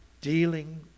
dealing